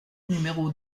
numéro